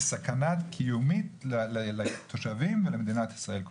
סכנה קיומית לתושבים ולמדינת ישראל כולה.